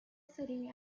city